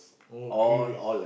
okay